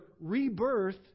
rebirth